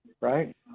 Right